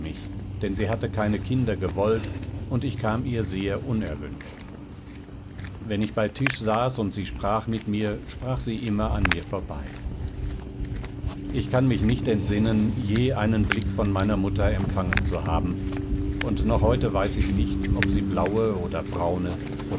denn sie hatte keine kinder gewollt und ich kam ihr sehr unerwünscht wenn ich bei tisch saß und sie sprach mit mir sprach und sah sie immer an mir vorbei ich kann mich nicht entsinnen je einen blick von meiner mutter empfangen zu haben und noch heute weiß ich nicht ob sie blaue oder braune